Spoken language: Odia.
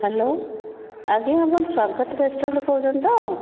ହ୍ୟାଲୋ ଆଜ୍ଞା ଆପଣ ସ୍ୱାଗତ ରେଷ୍ଟୁରାଣ୍ଟରୁ କହୁଛନ୍ତି ତ